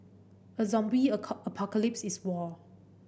a zombie apocalypse is war